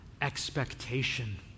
expectation